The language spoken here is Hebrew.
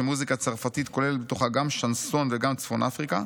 כמו שכולם יודעים שמוזיקה צרפתית כוללת בתוכה גם שנסון וגם צפון אפריקה,